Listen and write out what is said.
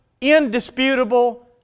indisputable